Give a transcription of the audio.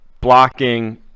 blocking